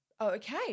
okay